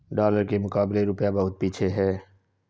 dollar के मुकाबले रूपया बहुत पीछे है